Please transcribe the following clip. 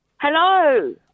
Hello